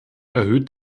erhöht